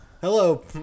Hello